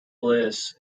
bliss